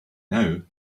now